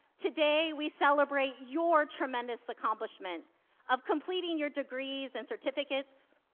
today we celebrate your tremendous accomplishment of completing your degrees and certificates.